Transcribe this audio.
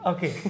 Okay